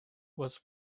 was